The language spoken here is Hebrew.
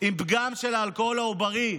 עם פגם של האלכוהול העוברי,